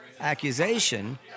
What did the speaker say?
accusation